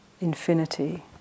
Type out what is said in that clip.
Infinity